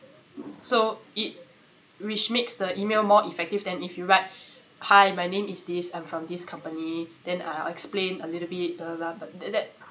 so it which makes the email more effective than if you right hi my name is this I'm from this company then I'll explain a little bit blah blah blah but that